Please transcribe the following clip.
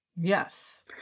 Yes